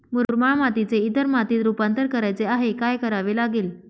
मुरमाड मातीचे इतर मातीत रुपांतर करायचे आहे, काय करावे लागेल?